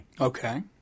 okay